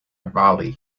valley